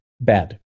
bad